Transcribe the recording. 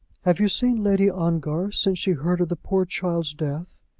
have you seen lady ongar since she heard of the poor child's death?